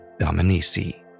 Dominici